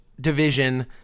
division